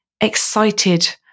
excited